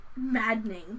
maddening